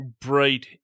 bright